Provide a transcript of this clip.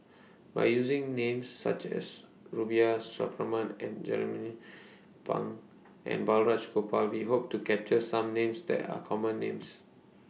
By using Names such as Rubiah Suparman Jernnine Pang and Balraj Gopal We Hope to capture Some Names The Common Names